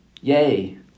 Yay